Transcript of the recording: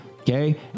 okay